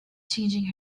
changing